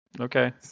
Okay